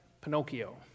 Pinocchio